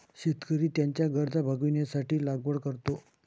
शेतकरी त्याच्या गरजा भागविण्यासाठी लागवड करतो